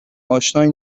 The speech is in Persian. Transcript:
اشنایی